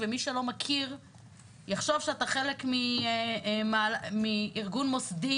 ומי שלא מכיר יחשוב שאתה חלק מארגון מוסדי,